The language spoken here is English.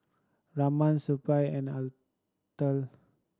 Raman Suppiah and Atal